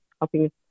helping